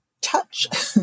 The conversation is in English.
touch